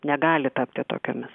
negali tapti tokiomis